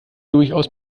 durchaus